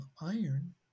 iron